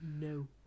No